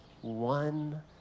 one